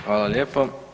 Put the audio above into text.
Hvala lijepo.